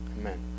Amen